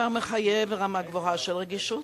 מחייבת רמה גבוהה של רגישות